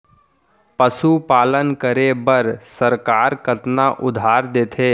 पशुपालन करे बर सरकार कतना उधार देथे?